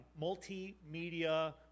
multimedia